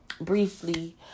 briefly